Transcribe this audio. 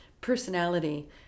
personality